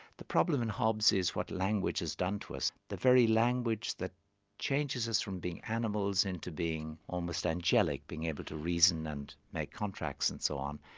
the problem in hobbes is what language has done to us. the very language that changes us from being animals into being almost angelic, being able to reason and make contracts and so on,